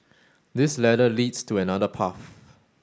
this ladder leads to another path